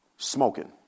Smoking